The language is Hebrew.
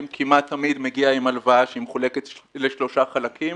כמעט תמיד בא עם הלוואה שמחולקת לשלושה חלקים,